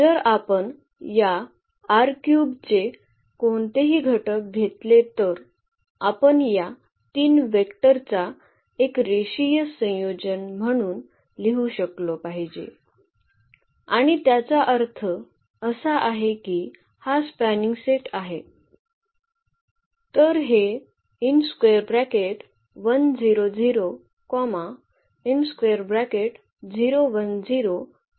जर आपण या चे कोणतेही घटक घेतले तर आपण या तीन व्हेक्टरचा एक रेषीय संयोजन म्हणून लिहू शकलो पाहिजे आणि त्याचा अर्थ असा आहे की हा स्पॅनिंग सेट आहे